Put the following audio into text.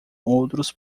outros